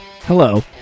Hello